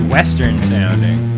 Western-sounding